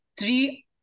three